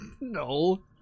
no